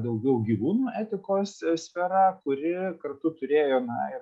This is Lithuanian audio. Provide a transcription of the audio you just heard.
daugiau gyvūnų etikos sfera kuri kartu turėjo na ir